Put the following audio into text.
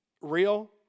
real